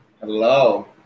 Hello